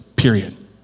Period